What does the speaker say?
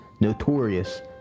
notorious